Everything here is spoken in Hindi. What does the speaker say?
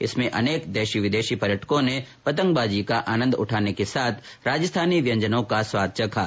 इसमें अनेक देशी विदेशी पर्यटकों ने पतंगबाजी का आनन्द उठाने के साथ राजस्थानी व्यंजनों का स्वाद चखा